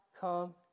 come